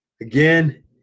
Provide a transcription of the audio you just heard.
Again